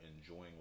enjoying